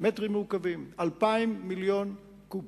מטרים מעוקבים, 2,000 מיליון קוב.